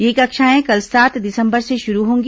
यह कक्षाएं कल सात दिसंबर से शुरू होंगी